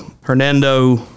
Hernando